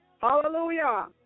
Hallelujah